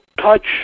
touch